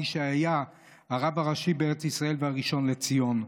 מי שהיה הרב הראשי בארץ ישראל והראשון לציון.